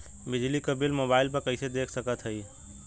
बिजली क bill mobile पर कईसे देख सकत हई?